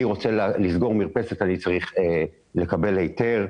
כשאני רוצה לסגור מרפסת אני צריך לקבל היתר,